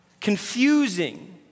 confusing